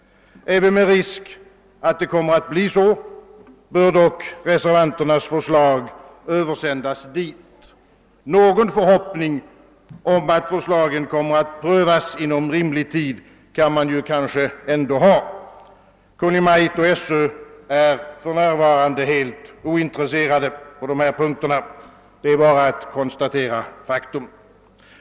även med risk att det kommer att bli så, bör dock reservanternas förslag översändas till utredningen. Någon förhoppning om att förslagen kommer att prövas inom rimlig tid kan man ju kanske ändå ha. Kungl. Maj:t och Sö är för. närvarande helt ointresserade på dessa punkter — det är bara att konstatera faktum.